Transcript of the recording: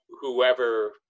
whoever